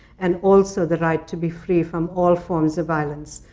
and also the right to be free from all forms of violence,